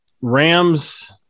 Rams